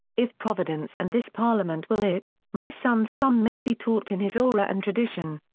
if providence and this parliament will it, my son's son may be taught in his aura and tradition.